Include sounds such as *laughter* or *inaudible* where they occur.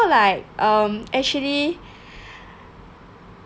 like um actually *breath*